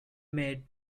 made